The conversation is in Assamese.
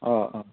অ অ